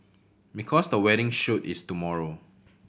because the wedding shoot is tomorrow